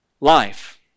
life